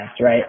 right